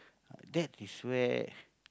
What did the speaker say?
uh that is where